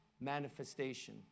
manifestation